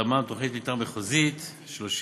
תמ"מ, תוכנית מתאר מחוזית 30/1,